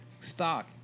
stock